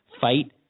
fight